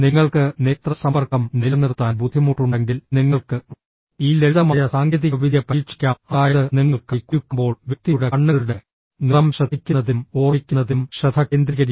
നിങ്ങൾക്ക് നേത്ര സമ്പർക്കം നിലനിർത്താൻ ബുദ്ധിമുട്ടുണ്ടെങ്കിൽ നിങ്ങൾക്ക് ഈ ലളിതമായ സാങ്കേതികവിദ്യ പരീക്ഷിക്കാം അതായത് നിങ്ങൾ കൈ കുലുക്കുമ്പോൾ വ്യക്തിയുടെ കണ്ണുകളുടെ നിറം ശ്രദ്ധിക്കുന്നതിലും ഓർമ്മിക്കുന്നതിലും ശ്രദ്ധ കേന്ദ്രീകരിക്കാം